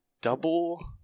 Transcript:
double